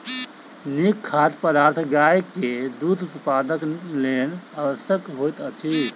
नीक खाद्य पदार्थ गाय के दूध उत्पादनक लेल आवश्यक होइत अछि